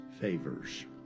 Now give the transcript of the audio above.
favors